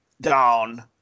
down